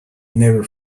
never